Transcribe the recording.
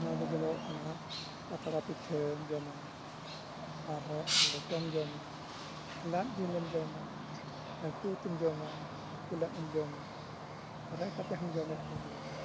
ᱱᱚᱣᱟ ᱫᱚ ᱡᱚᱢᱚᱜ ᱠᱟᱱᱟ ᱯᱟᱛᱲᱟ ᱯᱤᱴᱷᱟᱹᱢ ᱡᱚᱢᱟ ᱟᱨᱦᱚᱸ ᱞᱮᱴᱚᱢ ᱡᱚᱢᱟ ᱞᱟᱫ ᱡᱤᱞᱮᱢ ᱡᱚᱢᱟ ᱦᱟᱹᱠᱩ ᱩᱛᱩᱢ ᱡᱚᱢᱟ ᱦᱟᱹᱠᱩ ᱞᱟᱫ ᱮᱢ ᱡᱚᱢᱟ ᱠᱚᱨᱦᱟ ᱠᱟᱛᱮᱫ ᱦᱚᱸ ᱡᱚᱢᱮᱫ ᱠᱚᱜᱮᱭᱟ